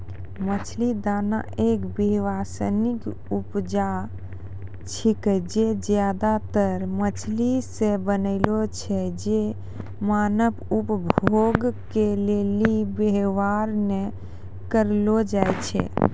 मछली दाना एक व्यावसायिक उपजा छिकै जे ज्यादातर मछली से बनलो छै जे मानव उपभोग के लेली वेवहार नै करलो जाय छै